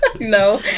No